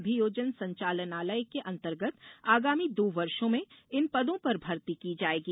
अभियोजन संचालनालय के अंतर्गत आगामी दो वर्षो में इन पदों पर भर्ती की जायेगी